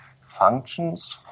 functions